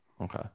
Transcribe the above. okay